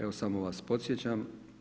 Evo, samo vas podsjećam.